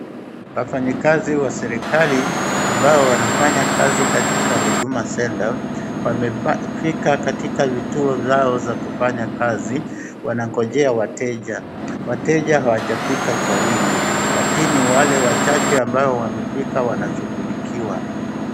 Wafanyikazi wa serikali ambao wanafanyakazi katika Huduma Centre wamefika katika vituo zao za kufanya kazi. Wanangojea wateja. Wateja hawajafika kwa wingi lakini wale wachache ambao wanashughulikiwa.